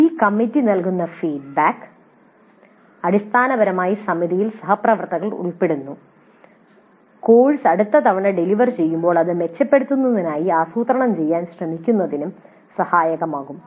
ഈ കമ്മിറ്റി നൽകുന്ന ഫീഡ്ബാക്ക് അടിസ്ഥാനപരമായി സമിതിയിൽ സഹപ്രവർത്തകർ ഉൾപ്പെടുന്നു കോഴ്സ് അടുത്ത തവണ ഡെലിവർ ചെയ്യുമ്പോൾ അത് മെച്ചപ്പെടുത്തുന്നതിനായി ആസൂത്രണം ചെയ്യാൻ ശ്രമിക്കുന്നതിനും സഹായകമാകും